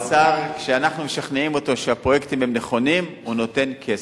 כשאנחנו משכנעים אותו שהפרויקטים הם נכונים הוא נותן כסף.